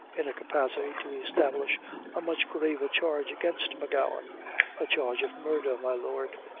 in a capacity to establish a much graver charge against m'gowan a charge of murder, my lord,